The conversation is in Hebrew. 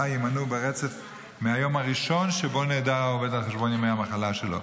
יימנו ברצף מהיום הראשון שבו נעדר העובד על חשבון ימי המחלה שלו,